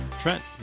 Trent